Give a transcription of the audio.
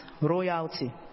royalty